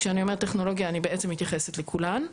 כשאני אומרת טכנולוגיה אני בעצם מתייחסת לכולן.